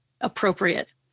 appropriate